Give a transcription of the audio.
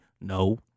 No